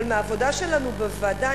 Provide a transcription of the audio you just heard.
אבל מהעבודה שלנו בוועדה,